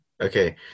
Okay